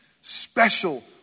special